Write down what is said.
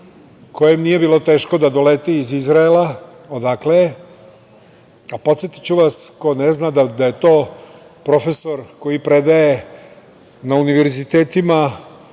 kojem nije bilo teško da doleti iz Izraela odakle je. Podsetiću vas ko ne zna da je to profesor koji predaje na univerzitetima